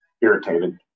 irritated